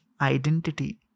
identity